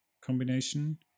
combination